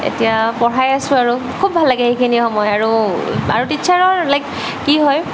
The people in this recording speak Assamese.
এতিয়া পঢ়াই আছোঁ আৰু খুব ভাল লাগে সেইখিনি সময় আৰু আৰু টীছাৰৰ লাইক কি হয়